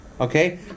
okay